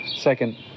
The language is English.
Second